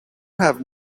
have